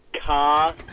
car